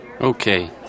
Okay